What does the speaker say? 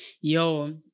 yo